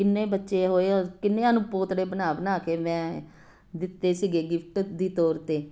ਕਿੰਨੇ ਬੱਚੇ ਹੋਏ ਆ ਕਿੰਨਿਆਂ ਨੂੰ ਪੋਤੜੇ ਬਣਾ ਬਣਾ ਕੇ ਮੈਂ ਦਿੱਤੇ ਸੀਗੇ ਗਿਫਟ ਦੀ ਤੌਰ 'ਤੇ